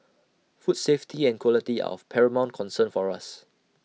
food safety and quality are of paramount concern for us